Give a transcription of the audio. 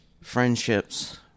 friendships